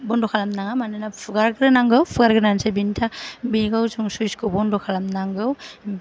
बन्द' खालाम नाङा मानोना फुगार ग्रोनांगौ फुगारग्रोनानैसो बेनि टार बेखौ जों सुइजखौ बन्द' खालाम नांगौ